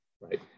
right